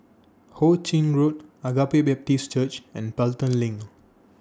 Ho Ching Road Agape Baptist Church and Pelton LINK